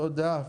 תודה.